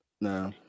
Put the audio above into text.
no